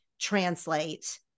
translate